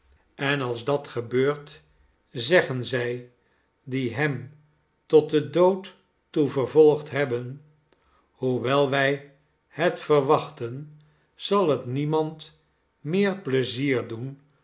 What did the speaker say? en als dat gebeurt zeggen zij die hem totdendood toe vervolgd hebben hoewel wij het verwachten zal het niemand meer pleizier doen